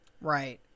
Right